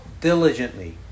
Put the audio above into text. diligently